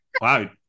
Wow